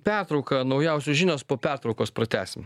pertrauką naujausios žinios po pertraukos pratęsim